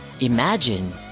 imagine